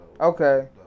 Okay